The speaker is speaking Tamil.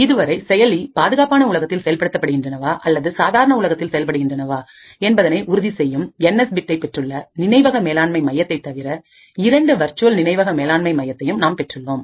இதுவரை செயலி பாதுகாப்பான உலகத்தில் செயல்படுகின்றனவா அல்லது சாதாரண உலகத்தில் செயல்படுகின்றனவா என்பதை உறுதி செய்யும் என் எஸ் பிட்டை பெற்றுள்ள நினைவக மேலாண்மை மையத்தை தவிர இரண்டு வெர்ச்சுவல் நினைவக மேலாண்மை மையத்தையும் நாம் பெற்றுள்ளோம்